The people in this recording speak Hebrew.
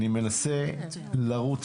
ואני מנסה לרוץ